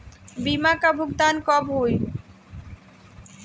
बीमा का भुगतान कब होइ?